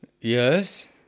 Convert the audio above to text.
Yes